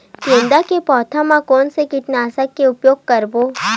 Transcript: गेंदा के पौधा म कोन से कीटनाशक के उपयोग करबो?